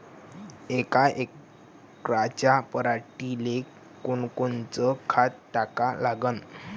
यका एकराच्या पराटीले कोनकोनचं खत टाका लागन?